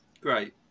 great